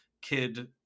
kid